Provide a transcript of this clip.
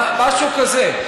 משהו כזה.